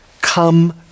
come